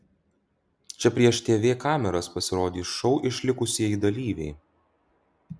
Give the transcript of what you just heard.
čia prieš tv kameras pasirodys šou išlikusieji dalyviai